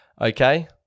Okay